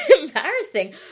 Embarrassing